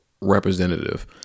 representative